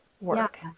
work